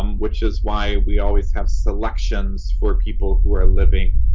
um which is why we always have selections for people who are living.